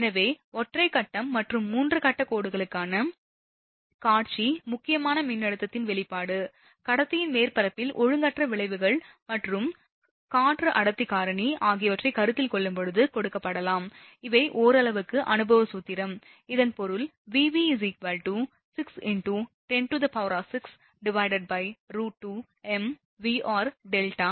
எனவே ஒற்றை கட்டம் மற்றும் 3 கட்டக் கோடுக்கான காட்சி முக்கியமான மின்னழுத்தத்தின் வெளிப்பாடு கடத்தியின் மேற்பரப்பின் ஒழுங்கற்ற விளைவுகள் மற்றும் காற்று அடர்த்தி காரணி ஆகியவற்றை கருத்தில் கொள்ளும்போது கொடுக்கப்படலாம் இவை ஓரளவுக்கு அனுபவ சூத்திரம் இதன் பொருள் Vv 6 × 106√2mvrδ 1 0